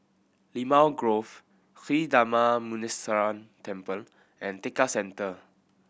Limau Grove Sri Darma Muneeswaran Temple and Tekka Centre